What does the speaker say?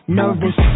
nervous